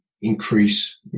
increase